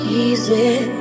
easy